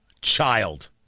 Child